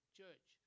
church